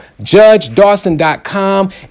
JudgeDawson.com